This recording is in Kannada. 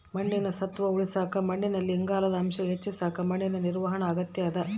ಮಣ್ಣಿನ ಸತ್ವ ಉಳಸಾಕ ಮಣ್ಣಿನಲ್ಲಿ ಇಂಗಾಲದ ಅಂಶ ಹೆಚ್ಚಿಸಕ ಮಣ್ಣಿನ ನಿರ್ವಹಣಾ ಅಗತ್ಯ ಇದ